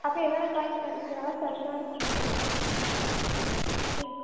அக்கா என்னென்ன காய்க்கா இருக்குது நல்லா ஃபிரெஷ்ஷாக இருக்குமாக்கா ம்